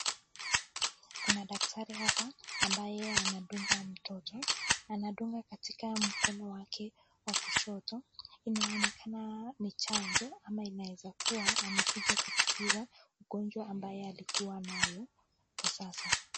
Kuna daktari hapa ambaye anadunga mtoto, anadunga katika mkono wake wa kushoto, inaonekana ni chanjo ama inaeza kuwa amekuja kutibiwa ugonjwa ambaye alikuwa nayo kwa sasa.